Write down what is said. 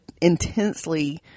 intensely